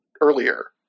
earlier